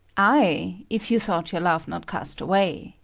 ay, if you thought your love not cast away.